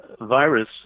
virus